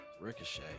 Ricochet